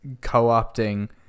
co-opting